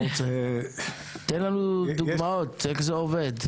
תן לנו דוגמאות איך זה עובד.